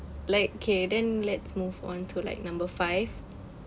like okay then let's move on to like number five